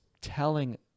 telling